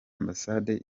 ambasade